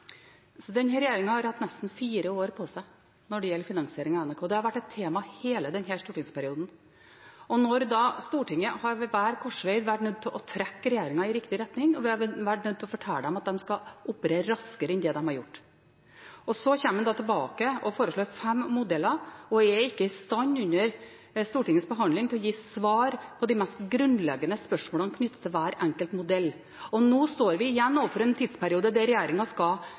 har hatt nesten fire år på seg når det gjelder finansieringen av NRK. Det har vært et tema i hele denne stortingsperioden, og Stortinget har ved hver korsveg vært nødt til å trekke regjeringen i riktig retning, vi har vært nødt til å fortelle dem at de skal operere raskere enn de har gjort. Så kommer man tilbake og foreslår fem modeller, og er ikke i stand til, under Stortingets behandling, å gi svar på de mest grunnleggende spørsmålene knyttet til hver enkelt modell. Og nå står vi igjen overfor en tidsperiode der regjeringen skal